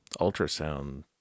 ultrasound